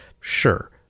Sure